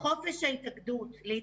ההצלחה הגדולה של המבצע הזה הייתה דווקא בצד